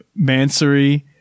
Mansory